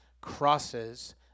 crosses